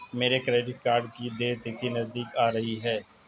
मेरे credit card की देय तिथि नज़दीक आ रही है